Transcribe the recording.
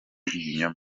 ibinyoma